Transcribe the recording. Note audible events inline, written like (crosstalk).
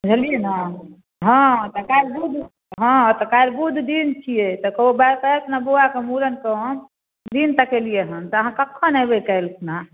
बुझलियै ने हँ तऽ काल्हि बुध हँ तऽ काल्हि बुध दिन छियै तऽ (unintelligible) बउआके मुड़न कऽ हम दिन तकेलियै हँ तऽ अहाँ कखन एबै काल्हि खुना